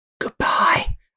Goodbye